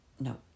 No